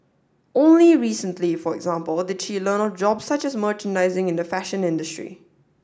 only recently for example did she learn of jobs such as merchandising in the fashion industry